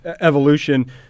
evolution